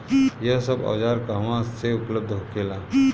यह सब औजार कहवा से उपलब्ध होखेला?